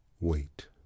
wait